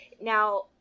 Now